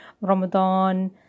Ramadan